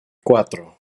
cuatro